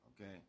okay